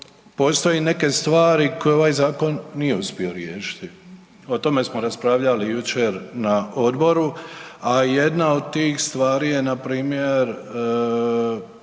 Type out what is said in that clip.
postoji neke stvari koje ovaj zakon nije uspio riješiti, o tome smo raspravljali jučer na odboru, a jedna od tih stvari je npr.